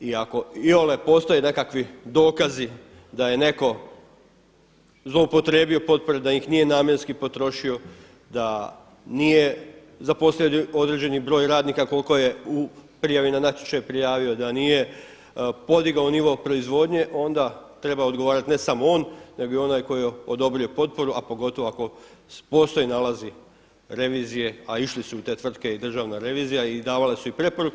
I ako iole postoje nekakvi dokazi da je neko zloupotrijebio potrebe da ih nije namjenski potrošio, da nije zaposlio određeni broj radnika koliko je u prijavi na natječaj prijavio, da nije podigao nivo proizvodnje onda treba odgovarati ne samo on nego i onaj koji je odobrio potporu, a pogotovo ako postoje nalazi revizije, a išli su u te tvrtke i Državna revizija i davali su preporuke.